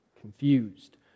confused